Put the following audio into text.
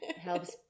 Helps